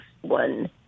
one